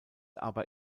aber